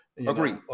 Agree